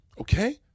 okay